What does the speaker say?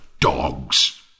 dogs